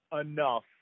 enough